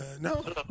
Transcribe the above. No